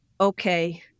okay